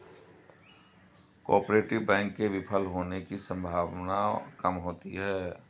cooperative bank के विफल होने की सम्भावना काम होती है